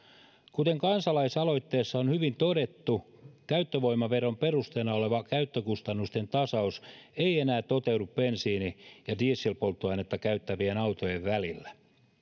kuten kansalaisaloitteessa on hyvin todettu käyttövoimaveron perusteena oleva käyttökustannusten tasaus ei enää toteudu bensiini ja dieselpolttoainetta käyttävien autojen välillä